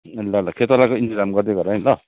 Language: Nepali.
ल ल खेतलाको इन्तजाम गर्दै गर नि ल